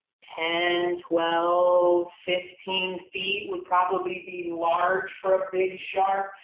ten, twelve, fifteen feet would probably be large for a big shark.